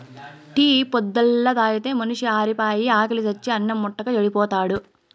tea పొద్దల్లా తాగితే మనిషి ఆరిపాయి, ఆకిలి సచ్చి అన్నిం ముట్టక చెడిపోతాడు